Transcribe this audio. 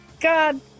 God